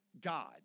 God